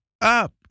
up